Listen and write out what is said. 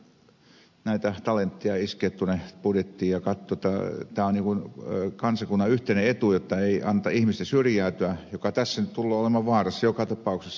siihen olisi vaan vähän pitänyt lisää talentteja iskeä tuonne budjettiin ja katsoa että tämä on kansakunnan yhteinen etu jotta ei anneta ihmisten syrjäytyä mikä tässä nyt tulee olemaan vaarassa joka tapauksessa